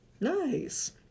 Nice